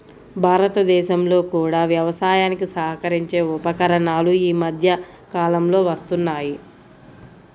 భారతదేశంలో కూడా వ్యవసాయానికి సహకరించే ఉపకరణాలు ఈ మధ్య కాలంలో వస్తున్నాయి